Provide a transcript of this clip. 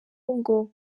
ngo